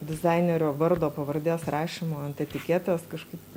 dizainerio vardo pavardės rašymo ant etiketės kažkaip